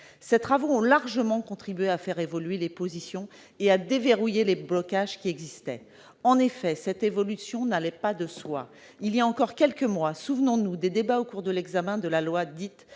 Ces travaux ont largement contribué à faire évoluer les positions et à déverrouiller les blocages qui existaient. Cette évolution n'allait pas de soi il y a encore quelques mois : souvenons-nous des débats au cours de l'examen de la loi dite